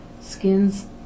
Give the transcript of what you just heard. skins